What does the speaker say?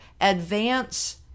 advance